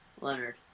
Leonard